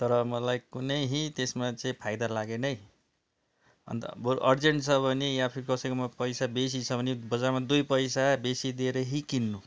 तर मलाई कुनै त्यस्तोमा चाहिँ फाइदा लागेन है अन्त बोरू अर्जेन्ट छ भने या फिर कसैकोमा पैसा बेसी छ भने बजारमा दुई पैसा बेसी दिएरै किन्नु